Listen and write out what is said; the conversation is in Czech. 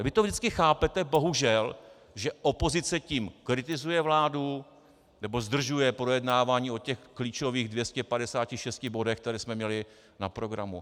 Vy to vždycky chápete, bohužel, že opozice tím kritizuje vládu nebo zdržuje projednávání o těch klíčových 256 bodech, které jsme měli na programu.